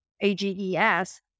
A-G-E-S